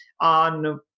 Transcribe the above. on